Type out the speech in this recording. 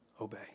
obey